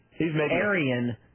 Aryan